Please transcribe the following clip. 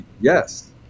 yes